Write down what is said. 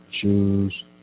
shoes